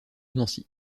nancy